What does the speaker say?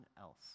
else